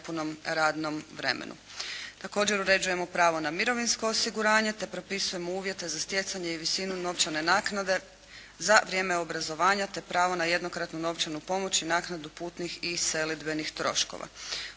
Također uređujemo pravo na mirovinsko osiguranje te propisujemo uvjete za stjecanje i visinu novčane naknade za vrijeme obrazovanja te pravo na jednokratnu novčanu pomoć i naknadu putnih i selidbenih troškova.